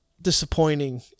Disappointing